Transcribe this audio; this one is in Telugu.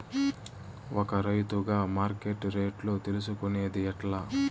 ఒక రైతుగా మార్కెట్ రేట్లు తెలుసుకొనేది ఎట్లా?